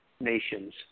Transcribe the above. nations